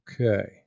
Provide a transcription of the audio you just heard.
Okay